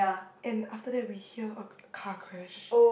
and after that we hear a car crash